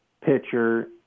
pitcher